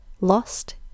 Lost